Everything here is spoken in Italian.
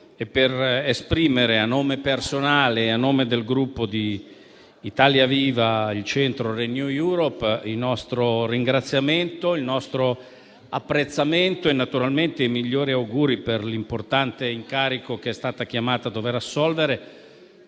esprimere, a nome personale e del Gruppo Italia Viva-Il Centro-Renew Europe, il nostro ringraziamento, il nostro apprezzamento e i migliori auguri per l'importante incarico che è stata chiamata ad assolvere